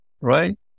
right